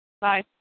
Bye